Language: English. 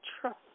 trust